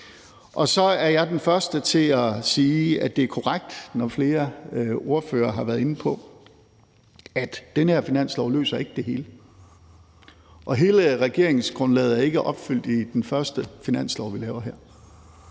Så er jeg den første til at sige, at det er korrekt, når flere ordførere har været inde på, at den her finanslov ikke løser det hele. Og hele regeringsgrundlaget er ikke opfyldt i den første finanslov, vi laver her.